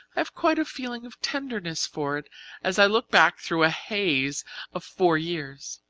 have quite a feeling of tenderness for it as i look back through a haze of four years.